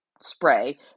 spray